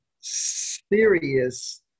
serious